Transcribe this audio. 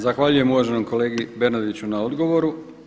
Zahvaljujem uvaženom kolegi Bernardiću na odgovoru.